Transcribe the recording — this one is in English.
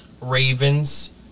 Ravens